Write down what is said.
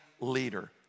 leader